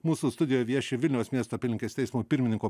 mūsų studijoje vieši vilniaus miesto apylinkės teismo pirmininko